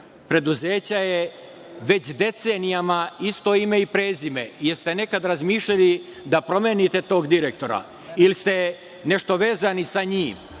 preduzeća je već decenijama isto ime i prezime. Da li ste nekada razmišljali da promenite tog direktora, ili ste nešto vezani sa njim